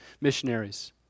missionaries